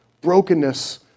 brokenness